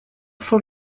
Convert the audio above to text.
for